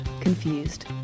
Confused